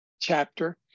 chapter